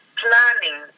planning